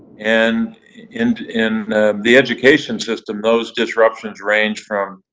and in in the education system, those disruptions range from